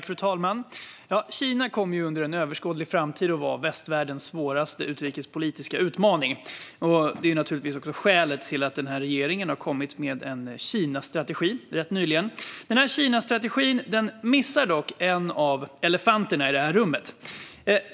Fru talman! Kina kommer under en överskådlig framtid att vara västvärldens svåraste utrikespolitiska utmaning, vilket naturligtvis är skälet till att regeringen rätt nyligen har kommit med en Kinastrategi. Kinastrategin missar dock en av elefanterna i rummet.